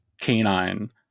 canine